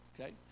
Okay